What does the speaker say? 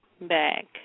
back